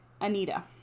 Anita